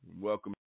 Welcome